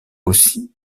aussi